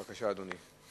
בבקשה, אדוני.